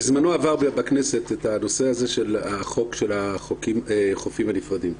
בזמנו עבר בכנסת הנושא הזה של החוק של החופים הנפרדים,